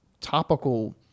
topical